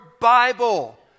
Bible